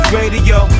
Radio